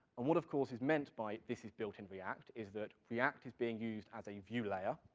and what of course is meant by this is built in react, is that react is being used as a view layer,